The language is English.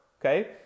Okay